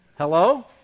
Hello